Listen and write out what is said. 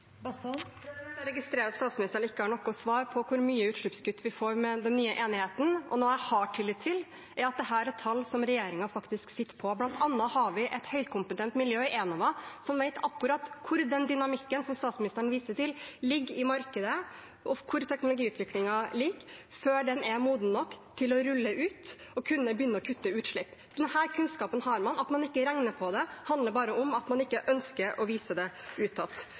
Jeg registrerer at statsministeren ikke har noe svar på hvor mye utslippskutt vi får med den nye enigheten. Noe jeg har tillit til, er at dette er tall som regjeringen faktisk fikk. Blant annet har vi et høykompetent miljø i Enova, som vet akkurat hvor den dynamikken som statsministeren viste til, ligger i markedet, og hvor teknologiutviklingen ligger, før den er moden nok til å rulles ut og man kunne begynne å kutte utslipp. Så denne kunnskapen har man. At man ikke regner på det, handler bare om at man ikke ønsker å vise det